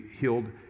healed